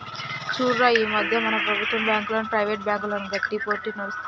చూడురా ఈ మధ్య మన ప్రభుత్వం బాంకులకు, ప్రైవేట్ బ్యాంకులకు గట్టి పోటీ నడుస్తుంది